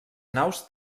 naus